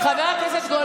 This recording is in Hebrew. חבל על הזמן.